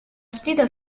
sfida